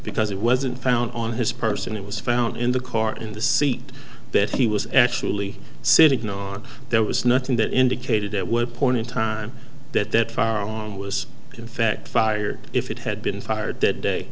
because it wasn't found on his person it was found in the court in the seat that he was actually sitting on there was nothing that indicated at what point in time that that far along was in fact fired if it had been fired that day